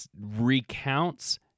recounts